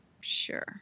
Sure